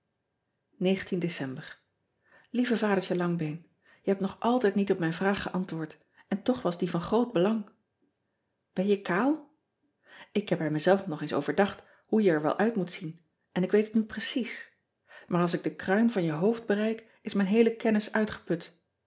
ecember ieve adertje angbeen e hebt nog altijd niet op mijn vraag geantwoord en toch was die van groot belang en je kaal k heb bij me zelf nog eens overdacht hoe je er wel uit moot zien en ik weet het nu precies aar als ik den kruin van je hoofd bereik is mijn heele kennis uitgeput